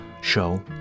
show